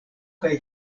kaj